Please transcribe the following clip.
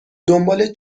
دنبال